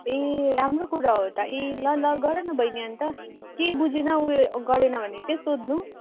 ए राम्रो कुरा हो त ए ल ल गर न बहिनी अन्त के बुझेन ऊ यो गरेन भने चाहिँ सोध्नु